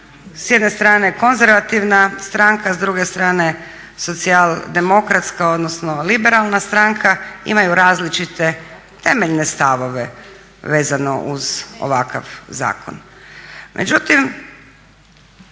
s jedne strane konzervativna stranka, s druge strane socijaldemokratska odnosno liberalna stranka imaju različite temeljne stavove vezano uz ovakav zakon. Međutim,